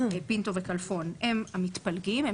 פינטו וכלפון הם המתפלגים.